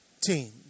team